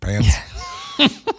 pants